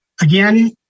again